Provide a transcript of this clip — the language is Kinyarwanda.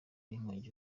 n’inkongi